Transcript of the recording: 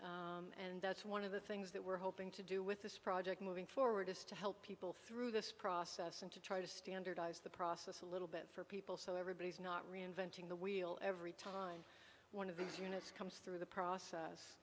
that and that's one of the things that we're hoping to do with this project moving forward is to help people through this process and to try to standardize the process a little bit for people so everybody's not reinventing the wheel every time one of these units comes through the process